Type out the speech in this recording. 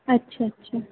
अच्छा अच्छा